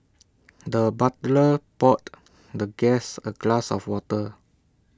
the butler poured the guest A glass of water